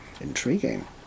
Intriguing